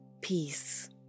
Peace